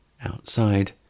Outside